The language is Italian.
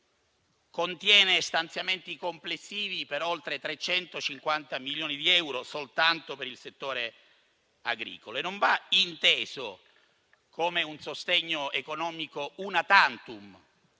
contiene stanziamenti complessivi per oltre 350 milioni di euro, soltanto per il settore agricolo. Non va inteso come un sostegno economico *una tantum*,